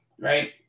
right